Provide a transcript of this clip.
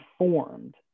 informed